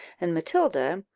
and matilda,